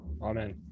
Amen